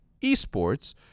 eSports